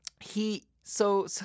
he—so